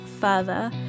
further